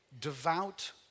devout